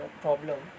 problem